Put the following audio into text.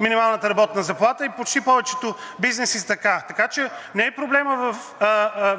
минималната работна заплата и почти повечето бизнеси са така, така че не е проблемът